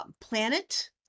Planet